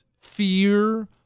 fear